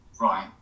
right